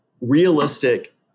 realistic